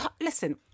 listen